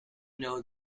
know